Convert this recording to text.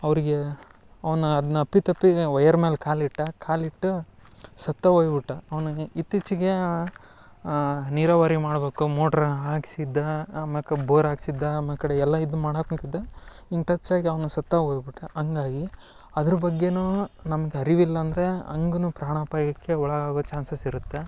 ಅವರಿಗೆ ಅವನ್ನ ಅದನ್ನ ಅಪ್ಪಿತಪ್ಪಿ ವೈಯರ್ ಮೇಲೆ ಕಾಲಿಟ್ಟ ಕಾಲಿಟ್ಟು ಸತ್ತೇ ಹೋಯ್ ಬಿಟ್ಟ ಅವ್ನು ಇತ್ತೀಚಿಗೆ ನೀರಾವರಿ ಮಾಡಬೇಕು ಮೋಟ್ರ್ ಹಾಕಿಸಿದ್ದ ಆಮಾಕ ಬೋರ್ ಹಾಕಿಸಿದ್ದ ಆಮೇ ಕಡೆ ಎಲ್ಲ ಇದು ಮಾಡಕುಂತಿದ್ದ ಹಿಂಗ್ ಟಚ್ ಆಗಿ ಅವ್ನು ಸತ್ತೇ ಹೋಯ್ ಬಿಟ್ಟ ಹಂಗಾಗಿ ಅದ್ರ ಬಗ್ಗೆಯೂ ನಮಗೆ ಅರಿವಿಲ್ಲ ಅಂಡ್ರೆ ಹಂಗ್ನು ಪ್ರಾಣಾಪಾಯಕ್ಕೆ ಒಳಗಾಗುವ ಚಾನ್ಸಸ್ ಇರುತ್ತೆ